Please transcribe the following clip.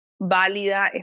válida